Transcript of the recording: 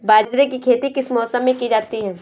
बाजरे की खेती किस मौसम में की जाती है?